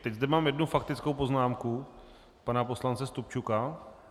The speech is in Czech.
Teď zde mám jednu faktickou poznámku pana poslance Stupčuka.